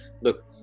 Look